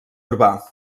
urbà